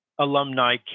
alumni